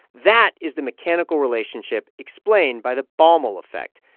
that is the mechanical relationship explained by the baumol effect.